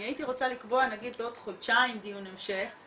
הייתי רוצה לקבוע לעוד חודשיים דיון המשך.